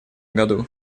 году